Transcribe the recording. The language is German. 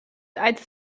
als